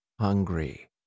hungry